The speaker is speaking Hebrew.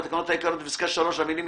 לתקנות העיקריות - (1) בכותרת השוליים,